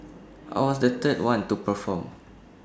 I was the third one to perform